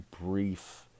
brief